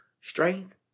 strength